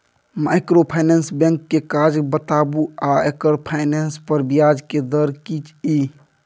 Microfinance bank के काज बताबू आ एकर फाइनेंस पर ब्याज के दर की इ?